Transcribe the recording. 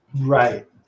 Right